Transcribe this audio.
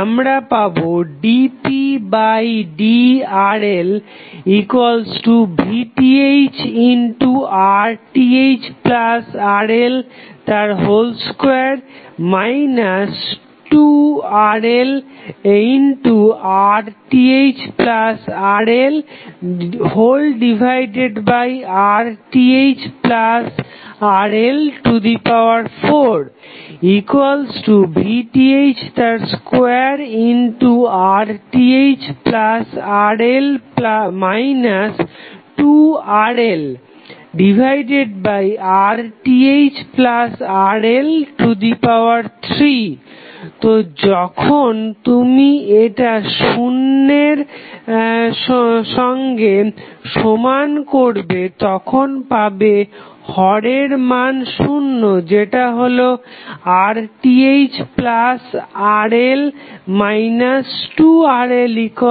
আমরা পাবো dpdRLVTh2RThRL2 2RLRThRLRThRL4 VTh2RThRL 2RLRThRL3 তো যখন তুমি এটা শুন্যের সমগে সমান করবে তখন পাবে হরের মান শুন্য যেটা হলো RThRL 2RL0